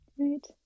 right